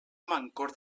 mancor